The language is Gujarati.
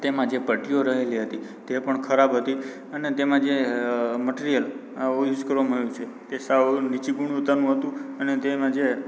તેમાં જે પટ્ટીઓ રહેલી હતી તે પણ ખરાબ હતી અને તેમાં જે મટરિયલ ઉઝ કરવામાં આવ્યું છે તે સાવ નીચી ગુણવત્તાનું હતું અને તેમાં જે